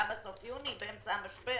למה סוף יוני באמצע המשבר?